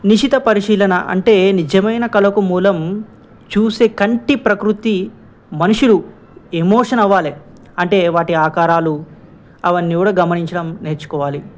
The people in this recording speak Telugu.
నిశిత పరిశీలన అంటే నిజమైన కళలకు మూలం చూసే కంటి ప్రకృతి మనుషులు ఎమోషన్ అవ్వాలి అంటే వాటి ఆకారాలు అవన్నీ కూడా గమనించడం నేర్చుకోవాలి